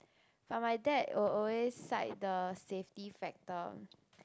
but my dad will always side the safety factor